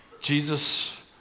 Jesus